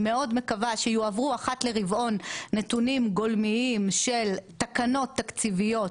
פיילוט שאחת לרבעון יועברו נתונים גולמיים של תקנות תקציביות